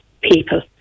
people